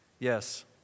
Yes